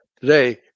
today